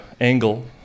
angle